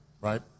right